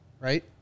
right